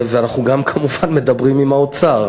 ואנחנו גם, כמובן, מדברים עם האוצר.